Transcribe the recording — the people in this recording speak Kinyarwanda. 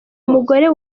umugore